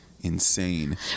insane